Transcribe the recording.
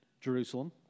Jerusalem